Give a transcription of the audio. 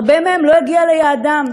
הרבה מהם לא הגיעו ליעדם.